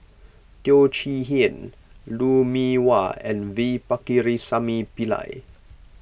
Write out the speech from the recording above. Teo Chee Hean Lou Mee Wah and V Pakirisamy Pillai